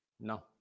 No